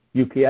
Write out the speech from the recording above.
UPS